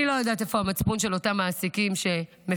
אני לא יודעת איפה המצפון של אותם מעסיקים שמפטרים